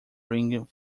ringing